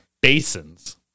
basins